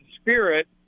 spirit